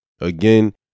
again